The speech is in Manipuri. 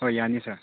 ꯍꯣꯏ ꯌꯥꯅꯤ ꯁꯥꯔ